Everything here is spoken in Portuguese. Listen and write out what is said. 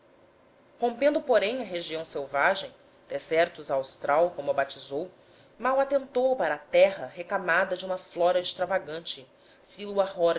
rompendo porém a região selvagem desertus australis como a batizou mal atentou para a terra recamada de uma flora extravagante silva horrida no seu